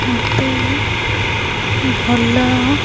ମୋତେ ଭଲ